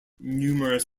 numerous